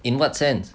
in what sense